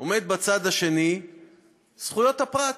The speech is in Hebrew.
עומדות בצד השני זכויות הפרט,